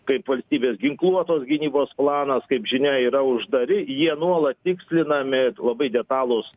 kaip valstybės ginkluotos gynybos planas kaip žinia yra uždari jie nuolat tikslinami labai detalūs